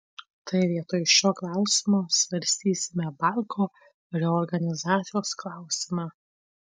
tai vietoj šio klausimo svarstysime banko reorganizacijos klausimą